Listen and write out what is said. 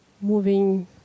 moving